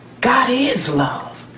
god is love.